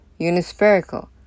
unispherical